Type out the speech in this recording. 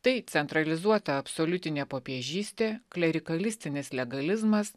tai centralizuota absoliutinė popiežystė klerikalistinis legalizmas